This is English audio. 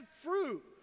fruit